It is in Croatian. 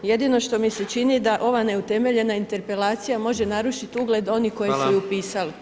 Jedino što mi se čini da ova neutemeljena interpelacija može narušiti ugled onih koji su ju pisali.